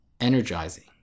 energizing